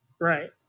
Right